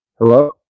Hello